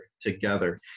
together